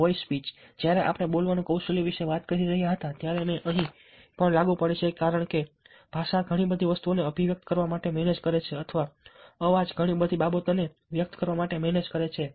voice speech જ્યારે આપણે બોલવાનું કૌશલ્ય વિશે વાત કરી રહ્યા હતા ત્યારે તે અહીં પણ લાગુ પડે છે કારણ કે ભાષા ઘણી બધી વસ્તુઓને અભિવ્યક્ત કરવા માટે મેનેજ કરે છે અથવા અવાજ ઘણી બધી બાબતોને વ્યક્ત કરવા માટે મેનેજ કરે છે